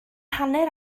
hanner